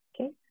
Okay